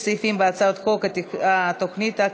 בהצעת חוק שירותים פיננסיים חוץ מוסדיים,